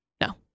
no